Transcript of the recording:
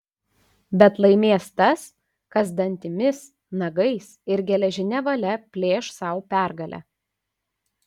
bet laimės tas kas dantimis nagais ir geležine valia plėš sau pergalę